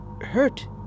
hurt